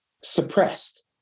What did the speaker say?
suppressed